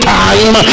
time